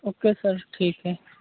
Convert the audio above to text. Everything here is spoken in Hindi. ओ के सर ठीक है